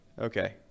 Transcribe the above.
okay